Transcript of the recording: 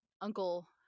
uncle